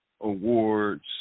awards